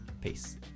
Peace